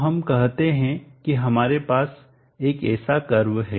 तो हम कहते हैं कि हमारे पास एक ऐसा कर्व है